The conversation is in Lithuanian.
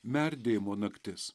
merdėjimo naktis